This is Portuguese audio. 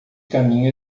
caminho